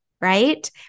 right